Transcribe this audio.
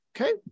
Okay